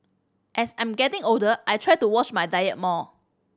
as I'm getting older I try to watch my diet more